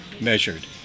measured